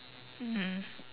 mm